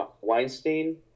Weinstein